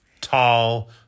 Tall